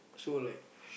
so like